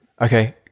Okay